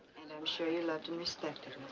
and um so you loved and respected